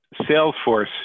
Salesforce